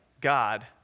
God